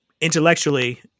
intellectually